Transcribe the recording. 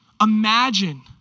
Imagine